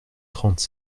trente